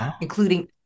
including